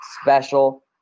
special